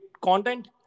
content